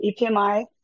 EPMI